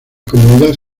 comunidad